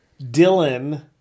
Dylan